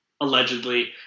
allegedly –